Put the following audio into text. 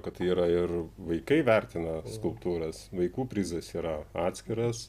kad tai yra ir vaikai vertina skulptūras vaikų prizas yra atskiras